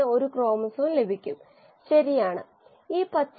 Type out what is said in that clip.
ജനപ്രിയമായ ചർമ്മത്തെക്കുറിച്ച് നമ്മൾ സംസാരിച്ചു